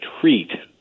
treat